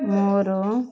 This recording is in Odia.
ମୋର